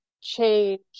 change